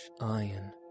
iron